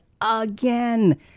again